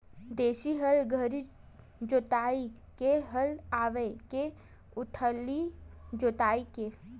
देशी हल गहरी जोताई के हल आवे के उथली जोताई के?